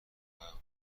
پیام